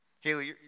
Haley